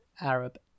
Arab